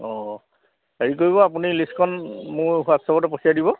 অঁ হেৰি কৰিব আপুনি লিষ্টখন মোৰ হোৱাটচেপতে পঠিয়াই দিব